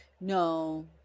No